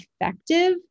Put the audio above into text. effective